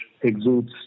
exudes